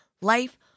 life